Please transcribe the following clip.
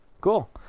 Cool